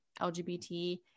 LGBT